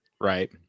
right